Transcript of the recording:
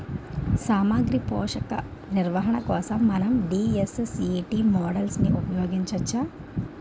సామాగ్రి పోషక నిర్వహణ కోసం మనం డి.ఎస్.ఎస్.ఎ.టీ మోడల్ని ఉపయోగించవచ్చా?